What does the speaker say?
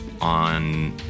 On